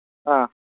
ꯑꯥ